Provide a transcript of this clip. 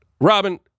Robin